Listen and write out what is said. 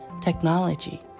technology